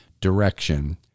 direction